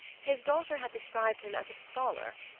his daughter had described him as a scholar.